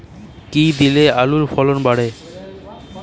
কী দিলে আলুর ফলন বাড়বে?